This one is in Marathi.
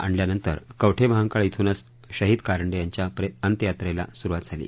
आणल्यानंतर कवठेमहाकाळ इथूनच शहीद कारंडे यांच्या अंतयात्रेला सुरूवात झाली